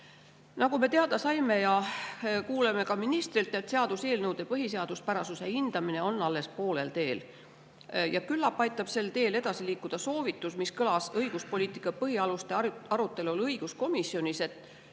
Nagu me teada saime ja kuuleme ka ministrilt, on seaduseelnõude põhiseaduspärasuse hindamine alles poolel teel. Küllap aitab sel teel edasi liikuda soovitus, mis kõlas õiguspoliitika põhialuste arutelul õiguskomisjonis,